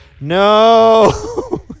No